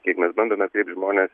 kiek mes bandome atkreipt žmones